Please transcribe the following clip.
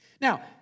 Now